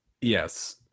Yes